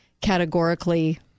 categorically